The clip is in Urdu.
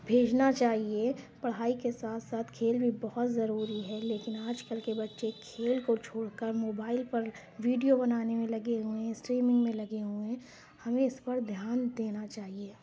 بھیجنا چاہیے پڑھائی کے ساتھ ساتھ کھیل بھی بہت ضروری ہے لیکن آج کل کے بچے کھیل کو چھوڑ کر موبائل پر ویڈیو بنانے میں لگے ہوئے ہیں اسٹریمنگ میں لگے ہوئے ہیں ہمیں اِس پر دھیان دینا چاہیے